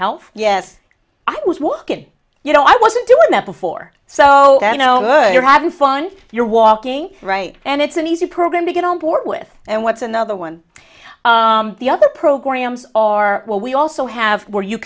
health yes i was walking you know i wasn't doing that before so you know you're having fun you're walking right and it's an easy program to get on board with and what's another one the other programs are what we also have where you